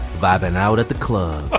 vibing out at the club ah